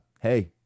hey